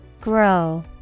Grow